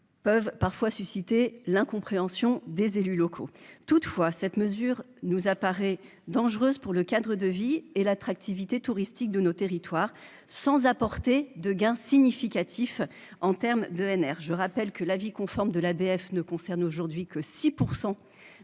peuvent parfois susciter l'incompréhension des élus locaux, toutefois cette mesure nous apparaît dangereuse pour le cadre de vie et l'attractivité touristique de nos territoires, sans apporter de gain significatif en termes d'ENR, je rappelle que l'avis conforme de l'ADF ne concerne aujourd'hui que 6